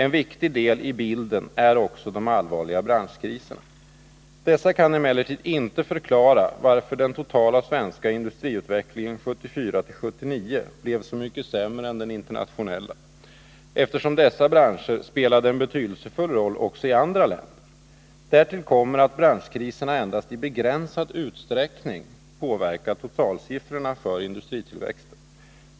En viktig del i bilden är också de allvarliga branschkriserna. Dessa kan emellertid inte förklara varför den totala svenska industriutvecklingen 1974-1979 blev så mycket sämre än den internationella, eftersom dessa branscher spelade en betydelsefull roll också i andra länder. Därtill kommer att branschkriserna endast i begränsad utsträckning påverkat totalsiffrorna för industritillväxten.